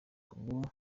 ubu